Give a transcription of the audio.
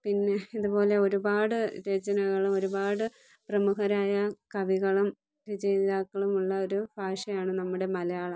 പിന്നെ ഇതുപോലെ ഒരുപാട് രചനകളും ഒരുപാട് പ്രമുഖരായ കവികളും രചയിതാക്കളും ഉള്ള ഒരു ഭാഷയാണ് നമ്മുടെ മലയാളം